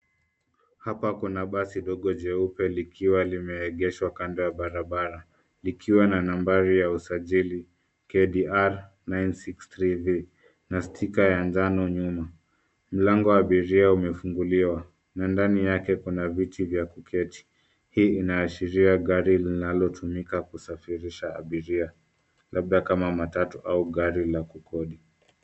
Hapa kuna basi dogo jeupe likiwa limeegeshwa kando ya barabara likiwa na nambari ya usajili KDR 963V na stika ya njano nyuma. Mlango wa abiria umefunguliwa na ndani yake kuna viti vya kuketi . Hii inaashiria gari linalotumika kusafirisha abiria labda kama matatu au gari la kukodi.